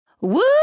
Woo